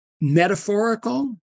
metaphorical